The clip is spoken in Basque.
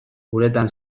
uretan